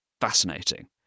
fascinating